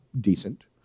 decent